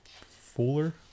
Fuller